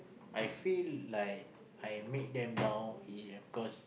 I feel like I have make them down in cause